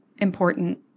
important